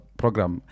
program